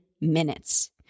minutes